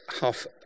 half